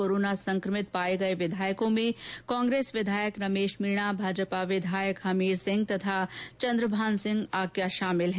corona संक्रमित पाये गये विधायकों में कांग्रेस विधायक रमेश मीणा भाजपा विधायक हमीर सिंह तथा चन्द्रभान सिंह आक्या शामिल हैं